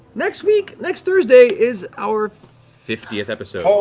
next week, next thursday is our fiftieth episode.